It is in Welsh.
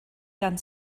gan